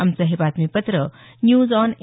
आमचं हे बातमीपत्र न्यूज आॅन ए